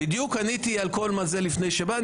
פתאום עניתי לפני שבאת,